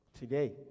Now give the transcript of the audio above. today